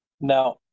Now